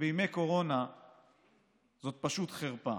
ובימי קורונה זאת פשוט חרפה.